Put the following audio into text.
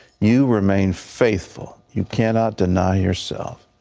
you remain faithful. you cannot deny yourself.